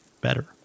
better